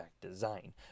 design